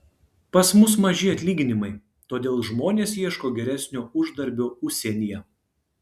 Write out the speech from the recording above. pas mus maži atlyginimai todėl žmonės ieško geresnio uždarbio užsienyje